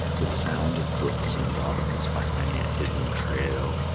with sound of brooks and robins, by many a hidden trail,